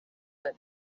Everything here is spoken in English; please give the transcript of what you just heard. that